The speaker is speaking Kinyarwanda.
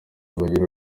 bagira